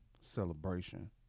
celebration